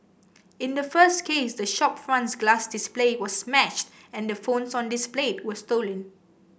in the first case the shop front's glass display was smashed and the phones on displayed were stolen